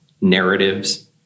narratives